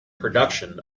production